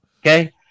Okay